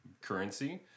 currency